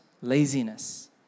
laziness